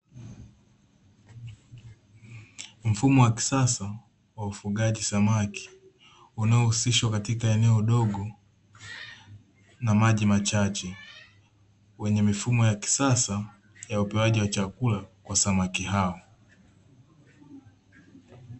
Mfumo wa kisasa, wa ufugaji samaki, unaohusishwa katika eneo dogo na maji machache, wenye mifumo ya kisasa ya utoaji wa chakula kwa samaki hao.